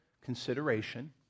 consideration